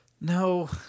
No